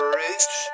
rich